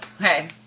Okay